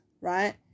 right